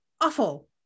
awful